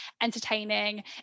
Entertaining